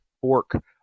Fork